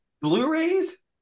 Blu-rays